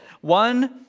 One